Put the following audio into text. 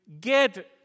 get